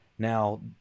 Now